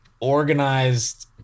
organized